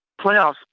playoffs